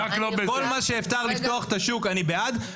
כל מה שאפשר לפתוח את השוק, אני בעד.